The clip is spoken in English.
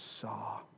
saw